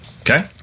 Okay